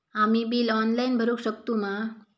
आम्ही bill online भरुक शकतू मा?